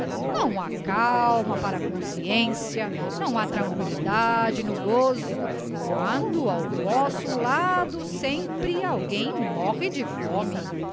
ha calma para a consciência não ha tranquillidade no goso quando ao vosso lado sempre alguém morre de fome